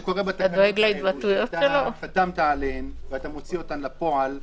בתקנות הללו שאתה חתמת עליהן ומוציא אותן לפועל,